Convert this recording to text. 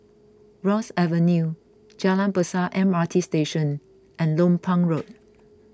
Ross Avenue Jalan Besar M R T Station and Lompang Road